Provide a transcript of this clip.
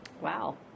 Wow